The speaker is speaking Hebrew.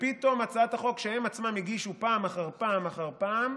ופתאום הצעת החוק שהם עצמם הגישו פעם אחר פעם אחר פעם,